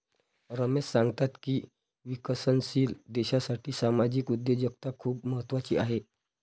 रमेश सांगतात की विकसनशील देशासाठी सामाजिक उद्योजकता खूप महत्त्वाची आहे